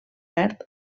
verd